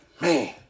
man